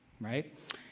right